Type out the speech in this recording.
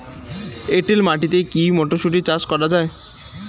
এটেল মাটিতে কী মটরশুটি চাষ করা য়ায়?